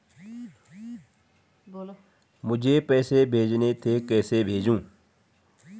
मुझे पैसे भेजने थे कैसे भेजूँ?